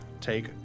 take